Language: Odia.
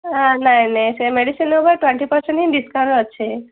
ନାଇଁ ନାଇଁ ସେ ମେଡ଼ିସିନ୍ ଉପରେ ଟ୍ୱେଣ୍ଟି ପରସେଣ୍ଟ ହିଁ ଡିସକାଉଣ୍ଟ ଅଛି